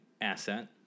asset